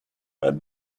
but